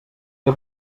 què